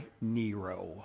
Nero